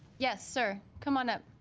yes sir come on up